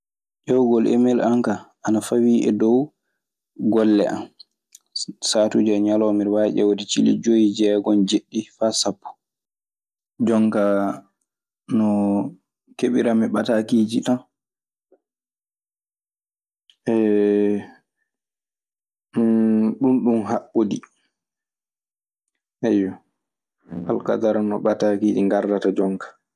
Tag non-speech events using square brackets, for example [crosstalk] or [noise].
Diewugol emel am ka ana fawi e dow gole am. Saatuji e ley nialoma miɗo wawi diewude cilli joyi, jeegon, dieddi, sapo. Jon kaa no keɓirammi ɓataakiiji tan. [hesitation] eywa hedde noon woni. Jooni ka ɗum haanat hawrude e ley jaate amin min ka.